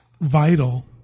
vital